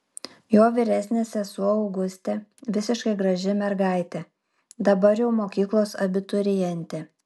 jo vyresnė sesuo augustė visiškai graži mergaitė dabar jau mokyklos abiturientė